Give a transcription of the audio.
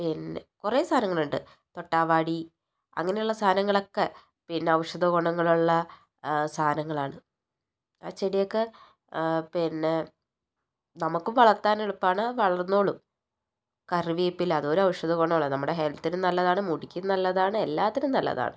പിന്നെ കുറേ സാധനങ്ങൾ ഉണ്ട് തൊട്ടാവാടി അങ്ങനെയുള്ള സാധനങ്ങളൊക്കെ പിന്നെ ഔഷധ ഗുണങ്ങളുള്ള സാധനങ്ങളാണ് ആ ചെടിയൊക്കെ പിന്നെ നമുക്ക് വളർത്താൻ എളുപ്പമാണ് വളർന്നോളും കറിവേപ്പില അതും ഒരു ഔഷധ ഗുണമുള്ള നമ്മുടെ ഹെൽത്തിനും നല്ലതാണ് മുടിക്കും നല്ലതാണ് എല്ലാറ്റിനും നല്ലതാണ്